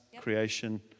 creation